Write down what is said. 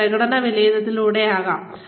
അത് പ്രകടന വിലയിരുത്തലിലൂടെയാകാം